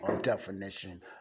definition